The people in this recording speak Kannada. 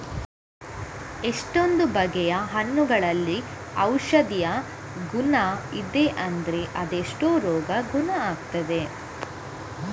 ಎಷ್ಟೊಂದು ಬಗೆಯ ಹಣ್ಣುಗಳಲ್ಲಿ ಔಷಧದ ಗುಣ ಇದೆ ಅಂದ್ರೆ ಅದೆಷ್ಟೋ ರೋಗ ಗುಣ ಆಗ್ತದೆ